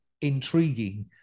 intriguing